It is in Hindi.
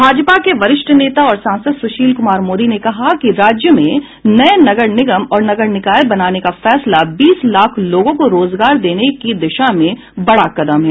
भाजपा के वरिष्ठ नेता और सांसद सुशील कुमार मोदी ने कहा कि राज्य में नये नगर निगम और नगर निकाय बनाने का फैसला बीस लाख लोगों को रोजगार देने की दिशा में बड़ा कदम है